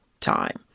time